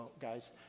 guys